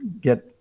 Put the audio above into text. get